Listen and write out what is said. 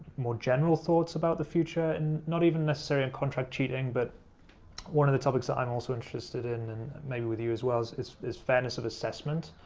more general thoughts about the future and not even necessary in contract cheating but one of the topics that i'm also interested in maybe with you as well, is is fairness of assessment.